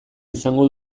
izango